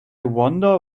wonder